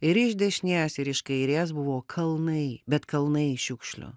ir iš dešinės ir iš kairės buvo kalnai bet kalnai šiukšlių